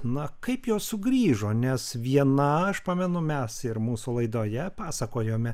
na kaip jos sugrįžo nes viena aš pamenu mes ir mūsų laidoje pasakojome